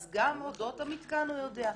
אז גם אודות המתקן הוא יודע,